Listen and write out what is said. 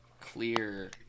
clear